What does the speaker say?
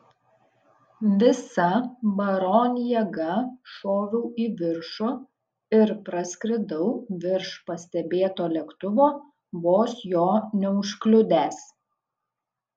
visa baron jėga šoviau į viršų ir praskridau virš pastebėto lėktuvo vos jo neužkliudęs